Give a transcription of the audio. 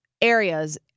areas